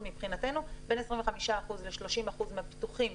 אז מבחינתנו בין 25% ל-30% מהפיתוחים